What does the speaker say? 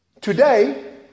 Today